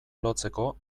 lotzeko